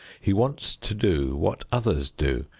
he wants to do what others do.